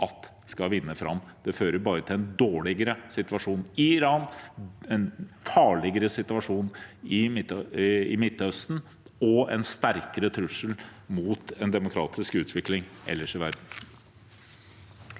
tillate å vinne fram. Det fører bare til en dårligere situasjon i Iran, en farligere situasjon i Midtøsten, og en sterkere trussel mot en demokratisk utvikling ellers i verden.